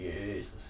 Jesus